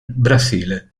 brasile